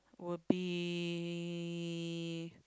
will be